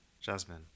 jasmine